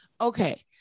Okay